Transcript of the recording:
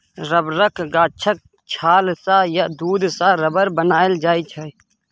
रबरक गाछक छाल सँ या दुध सँ रबर बनाएल जाइ छै